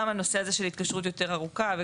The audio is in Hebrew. גם הנושא של ההתקשרות יותר ארוכה.